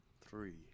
Three